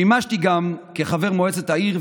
שימשתי גם כחבר מועצת העיר,